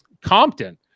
Compton